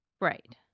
Right